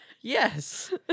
yes